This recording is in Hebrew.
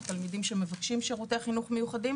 התלמידים שמבקשים שירותי חינוך מיוחדים.